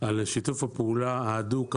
את שיתוף הפעולה ההדוק,